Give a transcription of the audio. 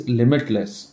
limitless